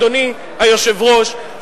אדוני היושב-ראש,